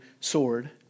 sword